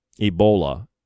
Ebola